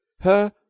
Her